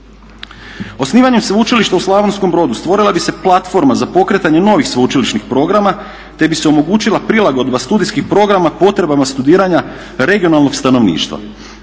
Osnivanjem Sveučilišta u Slavonskom Brodu stvorila bi se platforma za pokretanje novih sveučilišnih programa, te bi se omogućila prilagodba studijskih programa potrebama studiranja regionalnog stanovništva.